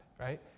right